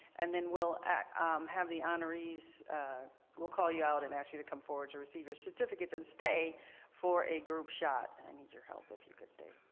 and then we'll have the honorees we'll call you out and ask you to come forward to receive your certificates and stay for a group shot. and i need your help if you could stay.